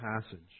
passage